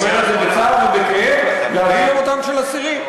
אני אומר לכם בצער ובכאב, להביא למותם של אסירים.